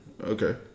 Okay